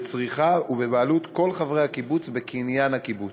בצריכה ובבעלות של כל חברי הקיבוץ בקניין הקיבוץ.